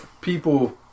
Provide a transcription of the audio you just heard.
people